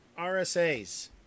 RSAs